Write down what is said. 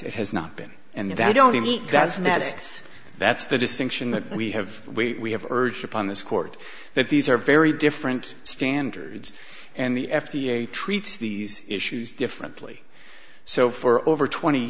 it has not been and that i don't eat that's that's that's the distinction that we have we have urged upon this court that these are very different standards and the f d a treats these issues differently so for over twenty